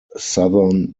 southern